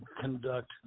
conduct